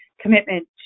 commitment